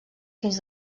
fins